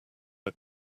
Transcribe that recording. are